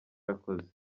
yakoze